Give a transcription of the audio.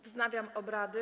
Wznawiam obrady.